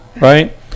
Right